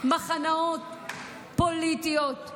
מחנות פוליטיים,